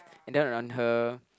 and then on her